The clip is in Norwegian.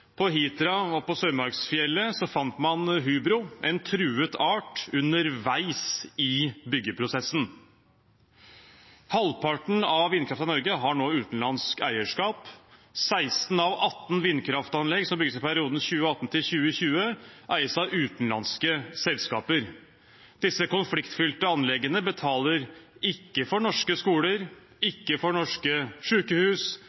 På Hitra og på Sørmarkfjellet fant man hubro, en truet art, underveis i byggeprosessen. Halvparten av vindkraften i Norge har nå utenlandsk eierskap. 16 av 18 vindkraftanlegg som bygges i perioden 2018–2020, eies av utenlandske selskaper. Disse konfliktfylte anleggene betaler ikke for norske skoler,